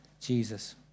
Jesus